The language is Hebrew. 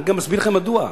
אני גם אסביר לכם מדוע,